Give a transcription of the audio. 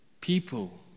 people